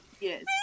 Yes